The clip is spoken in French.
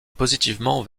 positivement